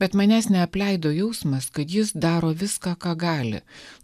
bet manęs neapleido jausmas kad jis daro viską ką gali